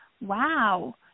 wow